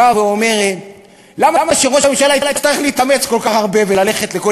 באה ואומרת: למה שראש הממשלה יצטרך להתאמץ כל כך הרבה וללכת לכל